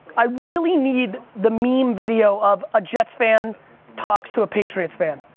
i really need the meme video of a jets fan talks to a patriots fan.